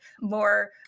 more